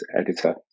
editor